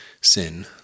Sin